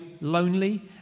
lonely